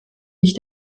mich